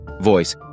Voice